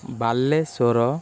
Balasore